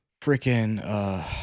Freaking